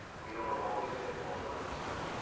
we don't always hit home runs, but,